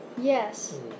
Yes